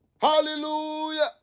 Hallelujah